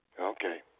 Okay